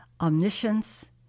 omniscience